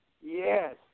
Yes